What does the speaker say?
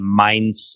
mindset